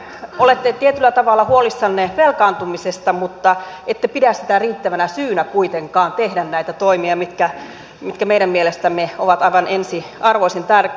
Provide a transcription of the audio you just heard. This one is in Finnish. olette tietyllä tavalla huolissanne velkaantumisesta mutta ette pidä sitä riittävänä syynä kuitenkaan tehdä näitä toimia mitkä meidän mielestämme ovat aivan ensiarvoisen tärkeitä